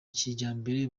kijyambere